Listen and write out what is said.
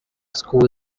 school